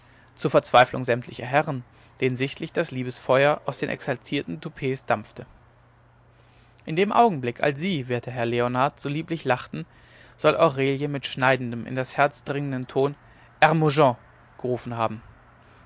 zur verzweiflung sämtlicher herren denen sichtlich das liebesfeuer aus den exaltierten toupets dampfte in dem augenblick als sie werter herr leonard so lieblich lachten soll aurelie mit schneidendem in das herz dringenden ton hermogen gerufen haben